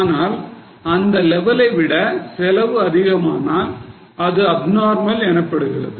ஆனால் அந்த லெவலைவிட செலவு அதிகமானால் அது அப்நார்மல் எனப்படுகிறது